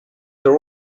there